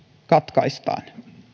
katkaistaan